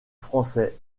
français